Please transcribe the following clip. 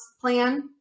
plan